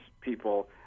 people